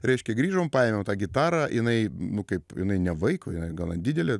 reiškia grįžom paėmiau tą gitarą jinai nu kaip jinai ne vaiko jinai gana didelė